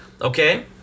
okay